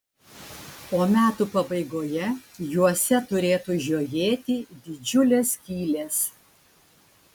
o metų pabaigoje juose turėtų žiojėti didžiulės skylės